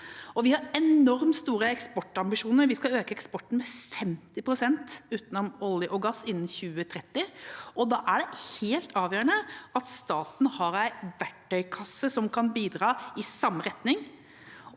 Vi har enormt store eksportambisjoner. Vi skal øke eksporten med 50 pst. utenom olje og gass innen 2030, og da er det helt avgjørende at staten har en verktøykasse som kan bidra i samme retning.